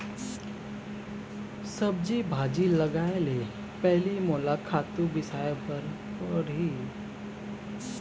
सब्जी भाजी लगाए ले पहिली मोला खातू बिसाय बर परही